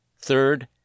Third